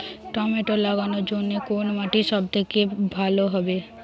Tomato লাগানোর জন্যে কোন মাটি সব থেকে ভালো হবে?